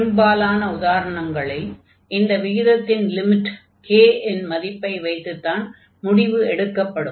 பெரும்பாலான உதாரணங்களில் இந்த விகிதத்தின் லிமிட் k இன் மதிப்பை வைத்துத்தான் முடிவு எடுக்கப்படும்